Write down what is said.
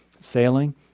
sailing